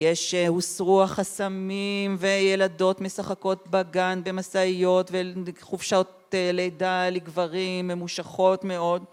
יש הוסרו החסמים וילדות משחקות בגן במשאיות וחופשות לידה לגברים ממושכות מאוד